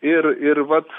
ir ir vat